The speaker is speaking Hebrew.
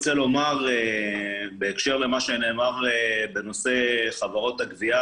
בהקשר למה שנאמר בנושא חברות הגבייה